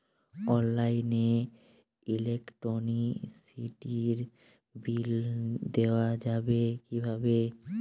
অনলাইনে ইলেকট্রিসিটির বিল দেওয়া যাবে কিভাবে?